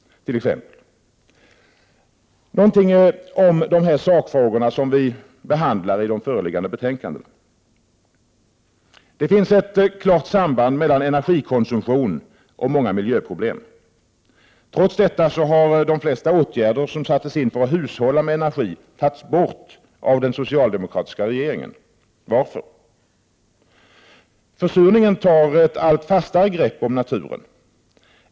Något om de sakfrågor som de föreliggande betänkandena behandlar: Det finns ett klart samband mellan energikonsumtion och många miljöproblem. Trots detta har de flesta åtgärder som sattes in för att hushålla med energi tagits bort av den socialdemokratiska regeringen. Varför? Försurningen tar ett allt fastare grepp om naturen.